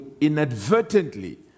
inadvertently